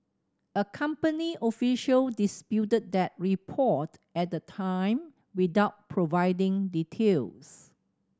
a company official disputed that report at the time without providing details